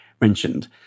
mentioned